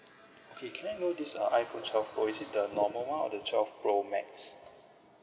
okay can I know this uh iphone twelve pro is it the normal one or the twelve pro max